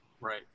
Right